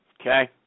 Okay